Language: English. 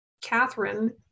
catherine